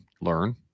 learn